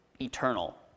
eternal